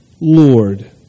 Lord